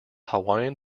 hawaiian